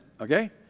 Okay